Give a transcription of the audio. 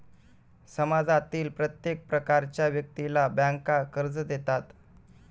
समाजातील प्रत्येक प्रकारच्या व्यक्तीला बँका कर्ज देतात